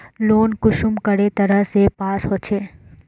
Loan कुंसम करे तरह से पास होचए?